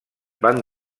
van